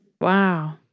Wow